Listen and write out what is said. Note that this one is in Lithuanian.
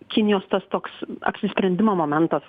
kinijos tas toks apsisprendimo momentas